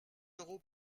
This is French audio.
euros